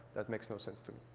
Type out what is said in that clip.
that makes no sense to